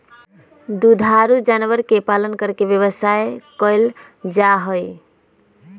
दुधारू जानवर के पालन करके व्यवसाय कइल जाहई